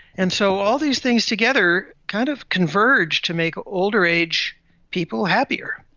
and so all these things together kind of converge to make older age people happier.